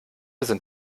sind